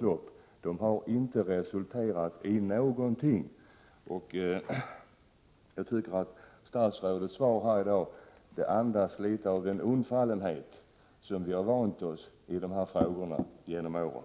lopp vidtagit inte har resulterat i någonting. Statsrådets svar i dag andas litet av den undfallenhet som vi vant oss vid i dessa frågor genom åren.